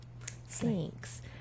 thanks